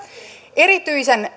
erityisen